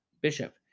bishop